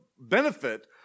benefit